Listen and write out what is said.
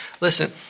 Listen